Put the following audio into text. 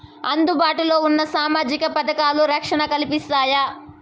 అందుబాటు లో ఉన్న సామాజిక పథకాలు, రక్షణ కల్పిస్తాయా?